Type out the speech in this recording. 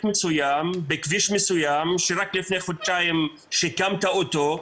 מסוים בכביש מסוים שרק לפני חודשיים שיקמת אותו,